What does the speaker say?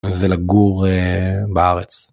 ולגור בארץ.